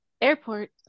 airport